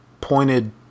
pointed